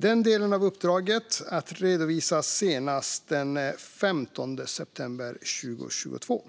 Den delen av uppdraget ska redovisas senast den 15 september 2022.